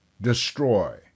destroy